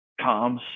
comms